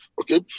okay